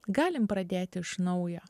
galim pradėti iš naujo